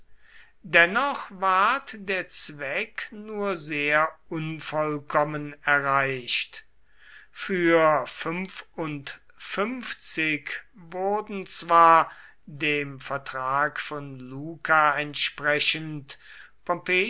dennoch ward der zweck nur sehr unvollkommen erreicht für wurden zwar dem vertrag von luca entsprechend